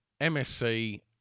MSC